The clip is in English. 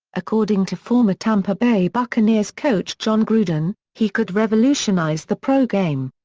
according to former tampa bay buccaneers coach jon gruden, he could revolutionize the pro game.